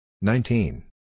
Nineteen